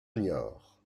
niort